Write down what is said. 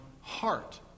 heart